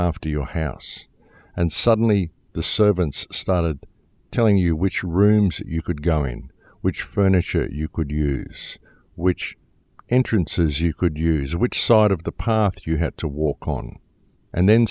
after your house and suddenly the servants started telling you which rooms you could go in which furniture you could use which entrances you could use which sot of the path you had to walk on and then